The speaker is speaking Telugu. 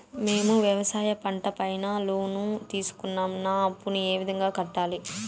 మేము వ్యవసాయ పంట పైన లోను తీసుకున్నాం నా అప్పును ఏ విధంగా కట్టాలి